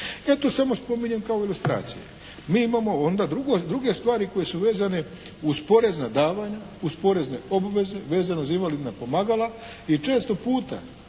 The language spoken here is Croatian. to samo spominjem kao ilustracije. Mi imamo onda druge stvari koje su vezane uz porezna davanja, uz porezne obveze vezano za invalidna pomagala i često puta